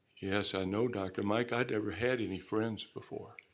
yes, i know, dr. mike, i never had any friends before.